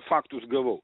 faktus gavau